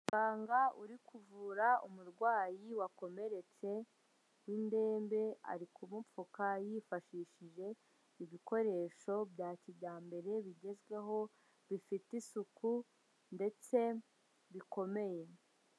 Umuganga uri kuvura umurwayi wakomeretse w'indembe ari kumupfuka yifashishije ibikoresho bya kijyambere bigezweho bifite isuku ndetse bikomeye.